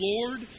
Lord